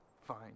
fine